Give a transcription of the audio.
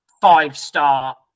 five-star